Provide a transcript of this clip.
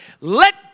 Let